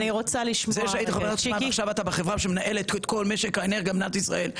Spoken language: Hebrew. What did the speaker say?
עכשיו אתה בחברה שמנהלת את כל משק האנרגיה של מדינת ישראל.